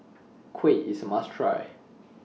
Kuih IS A must Try